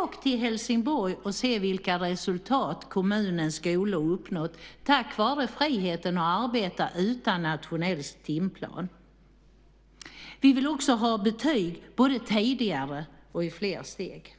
Åk till Helsingborg och se vilka resultat kommunens skolor uppnått tack vare friheten att arbeta utan nationell timplan! Vi vill också ha betyg både tidigare och i fler steg.